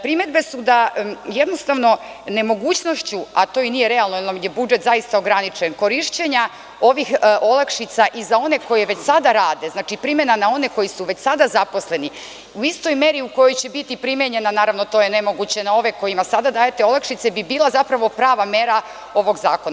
Primedbe su da jednostavno nemogućnošću, a to i nije realno jer nam je budžet zaista ograničen, korišćenja ovih olakšica i za one koji već sada rade, znači, primena na one koji su već sada zaposleni, u istoj meri u kojoj će biti primenjena, naravno, to je nemoguće na ove kojima sada dajete olakšice, bi bila zapravo prava mera ovog zakona.